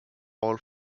all